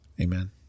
Amen